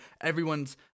Everyone's